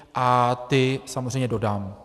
A ty samozřejmě dodám.